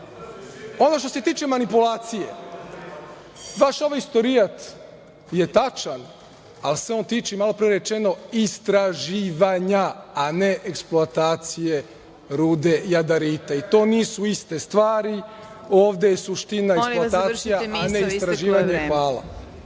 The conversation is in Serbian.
što se tiče manipulacije, vaš ovaj istorijat je tačan, ali se on tiče i malo pre je rečeno istraživanja, a ne eksploatacije rude jadarita i to nisu iste stvari. Ovde je suština eksploatacija, a ne istraživanje. Hvala.